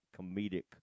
comedic